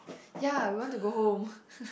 ya we want to go home